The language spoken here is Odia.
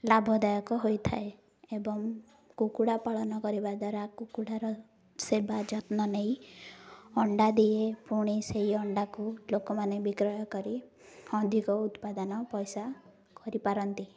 ଲାଭଦାୟକ ହୋଇଥାଏ ଏବଂ କୁକୁଡ଼ା ପାଳନ କରିବା ଦ୍ୱାରା କୁକୁଡ଼ାର ସେବା ଯତ୍ନ ନେଇ ଅଣ୍ଡା ଦିଏ ପୁଣି ସେହି ଅଣ୍ଡାକୁ ଲୋକମାନେ ବିକ୍ରୟ କରି ଅଧିକ ଉତ୍ପାଦନ ପଇସା କରିପାରନ୍ତି